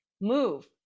move